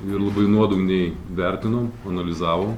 ir labai nuodugniai vertinom analizavom